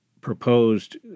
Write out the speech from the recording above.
proposed